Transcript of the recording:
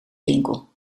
winkel